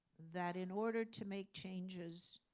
that in order to make changes,